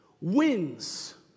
wins